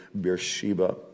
Beersheba